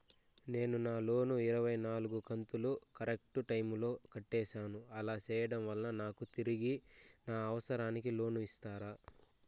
నేను నా లోను ఇరవై నాలుగు కంతులు కరెక్టు టైము లో కట్టేసాను, అలా సేయడం వలన నాకు తిరిగి నా అవసరానికి లోను ఇస్తారా?